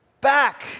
Back